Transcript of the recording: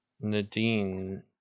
Nadine